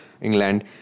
England